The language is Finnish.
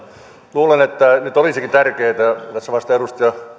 luulen että nyt olisikin tärkeätä edustaja